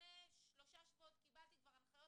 ולפני שלושה שבועות קיבלתי כבר הנחיות